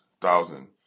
thousand